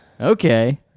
Okay